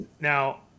Now